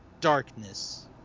darkness